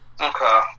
Okay